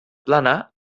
plana